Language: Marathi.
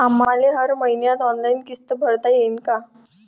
आम्हाले हर मईन्याले ऑनलाईन किस्त भरता येईन का?